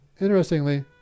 interestingly